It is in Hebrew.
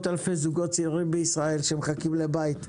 אלפי זוגות צעירים בישראל שמחכים לבית,